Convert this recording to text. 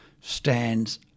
stands